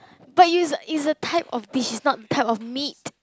but it's a it's a type of species not type of meat